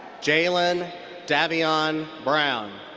jalen davion brown.